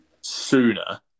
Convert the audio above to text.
sooner